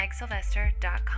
megsylvester.com